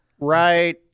right